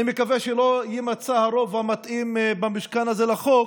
אני מקווה שלא יימצא הרוב המתאים במשכן הזה לחוק.